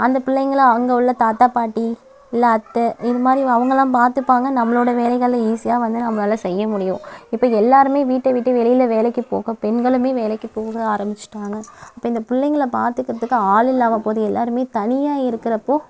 அந்த பிள்ளைங்களை அங்கே உள்ள தாத்தா பாட்டி இல்லை அத்தை இந்தமாதிரி அவங்கலாம் பார்த்துப்பாங்க நம்மளோட வேலைகளை ஈஸியாக வந்து நம்மளால் செய்ய முடியும் இப்போ எல்லாருமே வீட்டை விட்டு வெளியில வேலைக்கு போக பெண்களுமே வேலைக்கு போக ஆரம்பிச்சிட்டாங்க அப்போ இந்த பிள்ளைங்களை பார்த்துக்குறதுக்கு ஆள் இல்லாம போது எல்லாருமே தனியாக இருக்கிறப்போ